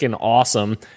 awesome